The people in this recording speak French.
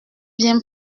bien